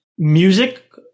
Music